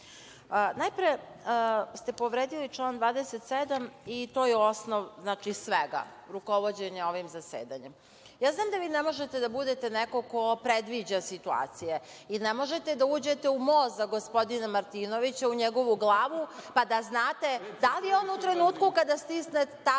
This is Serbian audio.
tako. Najpre ste povredili član 27. i to je osnov svega, rukovođenja ovim zasedanjem. Znam da ne možete da budete neko ko predviđa situacije i ne možete da uđete u mozak gospodina Martinovića, u njegovu glavu pa da znate da li je on u trenutku kada stisne taster